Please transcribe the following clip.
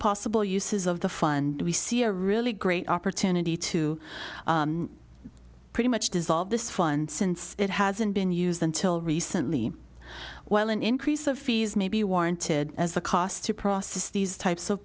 possible uses of the fund we see a really great opportunity to pretty much dissolve this fund since it hasn't been used until recently while an increase of fees may be warranted as the cost to process these types of